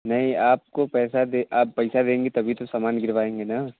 नहीं आपको पैसा दे आप पैसा देंगी तभी तो सामान गिरवाएँगे ना